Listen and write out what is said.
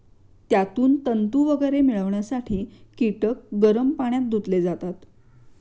त्यातून तंतू वगैरे मिळवण्यासाठी कीटक गरम पाण्यात धुतले जातात